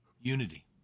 unity